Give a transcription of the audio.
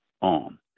on